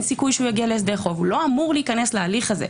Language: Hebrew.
סיכוי שיגיע להסדר חוב לא אמור להיכנס להליך הזה.